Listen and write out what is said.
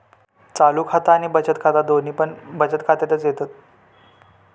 चालू खाता आणि बचत खाता दोघवले पण बचत खात्यातच येतत